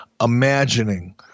imagining